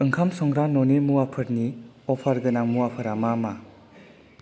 ओंखाम संग्रा न'नि मुवाफोरनि अफार गोनां मुवाफोरा मा मा